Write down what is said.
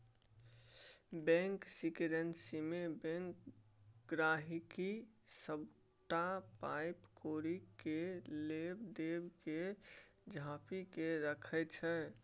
bank सिकरेसीमे bank गांहिकीक सबटा पाइ कौड़ी केर लेब देब केँ झांपि केँ राखय छै